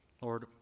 Lord